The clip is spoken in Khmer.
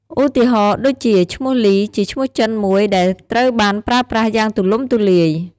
ឧទាហរណ៍ដូចជា ឈ្មោះលី ជាឈ្នោះចិនមួយ ដែលត្រូវបានប្រើប្រាស់យ៉ាងទូលំទូលាយ។